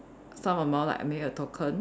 some amount like I mean a token